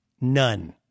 None